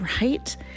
right